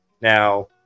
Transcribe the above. Now